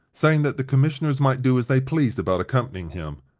saying that the commissioners might do as they pleased about accompanying him,